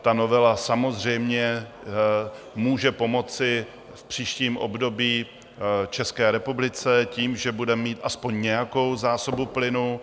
Ta novela samozřejmě může pomoci v příštím období České republice tím, že budeme mít aspoň nějakou zásobu plynu.